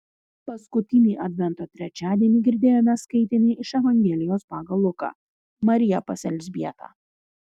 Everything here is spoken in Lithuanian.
paskutinį advento trečiadienį girdėjome skaitinį iš evangelijos pagal luką marija pas elzbietą